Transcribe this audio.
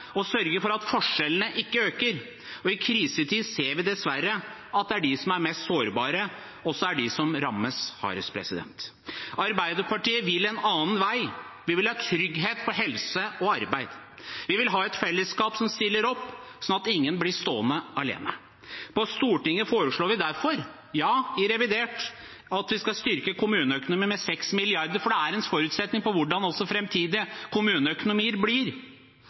sørge for at forskjellene ikke øker. I krisetid ser vi dessverre at de som er mest sårbare, også er de som rammes hardest. Arbeiderpartiet vil en annen vei. Vi vil ha trygghet for helse og arbeid. Vi vil ha et fellesskap som stiller opp, slik at ingen blir stående alene. På Stortinget foreslår vi derfor – ja, i revidert – at vi skal styrke kommuneøkonomien med 6 mrd. kr, for det er også en forutsetning for hvordan framtidige kommuneøkonomier blir.